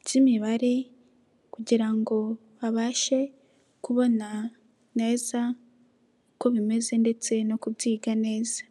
by'imibare kugira ngo babashe kubona neza uko bimeze ndetse no kubyiga neza.